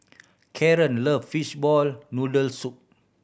Karen love fishball noodle soup